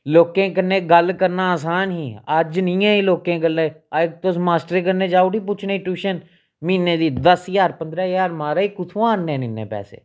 लोकें कन्नै गल्ल करना असान ही अज्ज नी ऐ एह् लोकें कन्नै अज्ज तुस मास्टरें कन्नै जाओ उठी पुच्छने गी ट्यूशन म्हीने दी दस ज्हार पंदरां ज्हार महाराज कुत्थुआं आह्नने न इन्ने पैसे